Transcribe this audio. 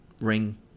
ring